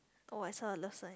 oh I saw a love one